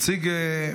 תודה רבה.